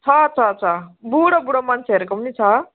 छ छ छ बुढो बुढो मान्छेहरूको पनि छ